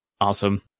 Awesome